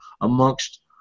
amongst